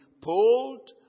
pulled